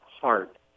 heart